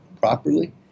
properly